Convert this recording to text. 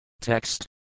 Text